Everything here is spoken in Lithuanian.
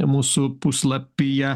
mūsų puslapyje